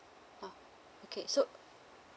oh okay so